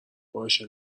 باشه